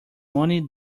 money